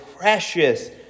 precious